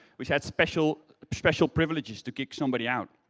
which had special special privileges to kick somebody out.